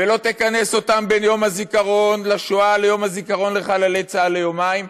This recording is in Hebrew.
ולא תכנס אותם בין יום השואה ליום הזיכרון לחללי צה"ל ליומיים,